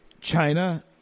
China